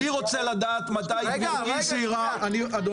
אני רוצה לדעת מתי גברתי סיירה --- רגע,